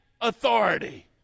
authority